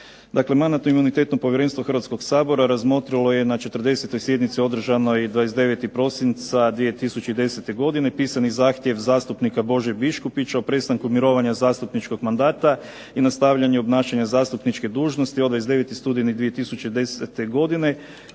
Mandatno-imunitetno povjerenstvo Hrvatskog sabora razmotrilo je na 40. sjednici održanoj 29. prosinca 2010. godine pisani zahtjev zastupnika Bože Biškupića o prestanku mirovanja zastupničkog mandata i nastavljanja obnašanja zastupničke dužnosti od 29. studeni 2010. godine